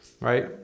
right